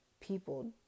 people